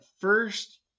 first